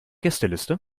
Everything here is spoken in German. gästeliste